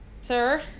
sir